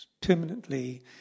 permanently